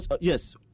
yes